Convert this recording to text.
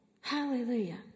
Hallelujah